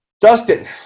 Dustin